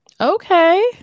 Okay